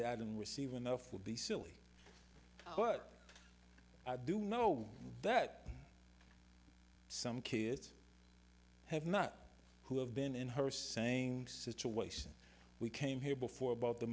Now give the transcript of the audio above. and receive enough would be silly but i do know that some kids i have not who have been in her saying situation we came here before about the